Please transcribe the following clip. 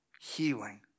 healing